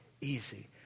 easy